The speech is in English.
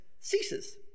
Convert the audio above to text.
ceases